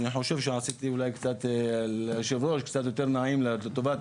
אני חושב שעשיתי ליו"ר קצת יותר טוב לטובת